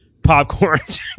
popcorns